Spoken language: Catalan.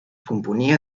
componia